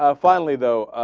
ah finally though